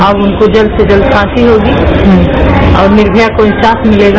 अब उनको जल्द से जल्द फांसी होगी और निर्भया को इंसाफ मिलेगा